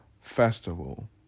festival